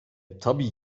tabii